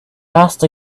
last